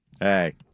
hey